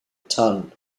tun